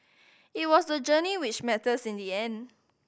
it was the journey which matters in the end